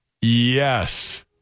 Yes